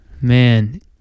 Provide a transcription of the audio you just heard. Man